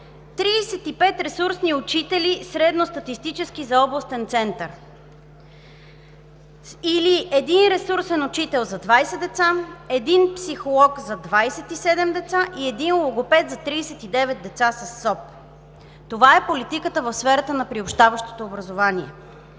35 ресурсни учители средно статистически за областен център, или един ресурсен учител за 20 деца, един психолог за 27 деца и един логопед за 39 деца със СОП. Това е политиката в сферата на приобщаващото образование.